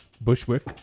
Bushwick